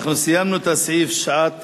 אנחנו סיימנו את הסעיף שעת